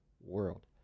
world